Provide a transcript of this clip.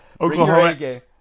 Oklahoma